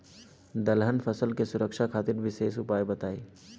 दलहन फसल के सुरक्षा खातिर विशेष उपाय बताई?